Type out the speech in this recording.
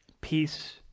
peace